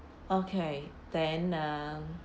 okay then uh